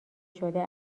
شده